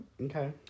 Okay